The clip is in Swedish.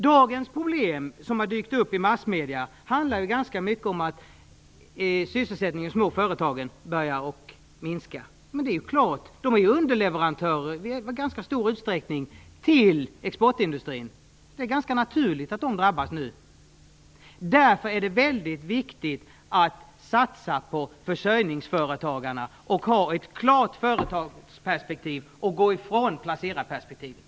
Dagens problem, som har dykt upp i massmedierna, handlar ganska mycket om att sysselsättningen i de små företagen börjar att minska. Det är klart att det är så. De är ju i ganska stor utsträckning underleverantörer till exportindustrin. Det är ganska naturligt att de drabbas nu. Därför är det mycket viktigt att satsa på försörjningsföretagarna, ha ett klart företagsperspektiv och gå ifrån placerarperspektivet.